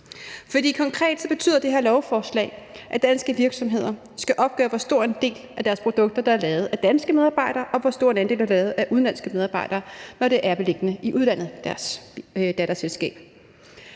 For konkret betyder det her lovforslag, at danske virksomheder skal opgøre, hvor stor en andel af deres produkter der er lavet af danske medarbejdere, og hvor stor en andel der er lavet af udenlandske medarbejdere, når deres datterselskab